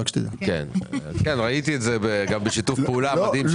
כן, ראיתי את זה בשיתוף הפעולה המדהים שהיה לכם.